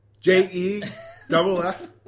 J-E-double-F